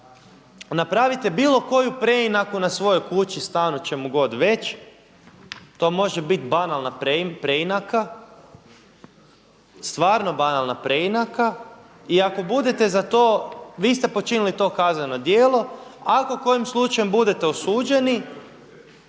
napravite bilo koju preinaku na svojoj kući, stanu, čemu god već to može biti banalna preinaka, stvarno banalna preinaka i ako budete za to, vi ste počinili to kazneno djelo, ako kojim slučajem budete osuđeni